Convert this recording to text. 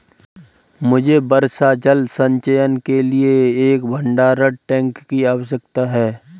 मुझे वर्षा जल संचयन के लिए एक भंडारण टैंक की आवश्यकता है